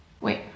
Wait